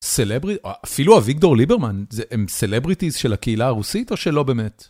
אפילו אביגדור ליברמן הם סלבריטיז של הקהילה הרוסית או שלא באמת?